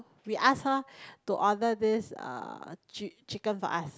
we ask her to order this uh chi~ chicken for us